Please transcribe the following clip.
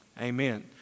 Amen